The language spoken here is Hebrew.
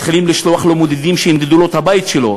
מתחילים לשלוח לו מודדים שימדדו לו את הבית שלו,